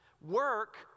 Work